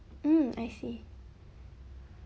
mm I see